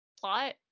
plot